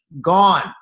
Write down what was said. gone